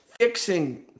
fixing